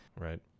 right